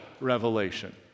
revelation